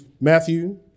Matthew